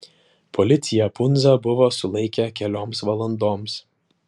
policija pundzą buvo sulaikę kelioms valandoms